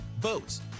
boats